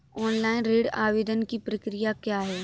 Online ऋण आवेदन की प्रक्रिया क्या है?